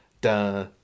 da